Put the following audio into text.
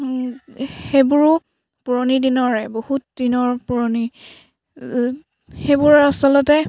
সেইবোৰো পুৰণি দিনৰে বহুত দিনৰ পুৰণি সেইবোৰ আচলতে